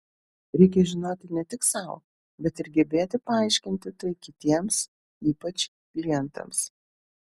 reikia žinoti ne tik sau bet ir gebėti paaiškinti tai kitiems ypač klientams